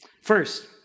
First